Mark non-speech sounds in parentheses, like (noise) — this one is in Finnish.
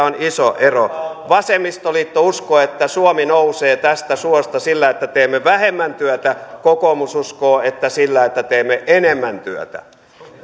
(unintelligible) on iso ero vasemmistoliitto uskoo että suomi nousee tästä suosta sillä että teemme vähemmän työtä kokoomus uskoo että sillä että teemme enemmän työtä